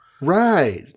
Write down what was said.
Right